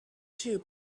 two